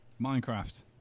Minecraft